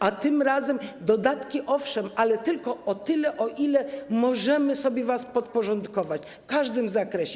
A tym razem: dodatki - owszem, ale tylko o tyle, o ile możemy sobie was podporządkować w każdym zakresie.